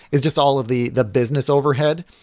is just all of the the business overhead.